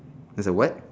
there's a what